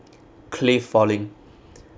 cliff falling